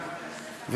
שהגיעה,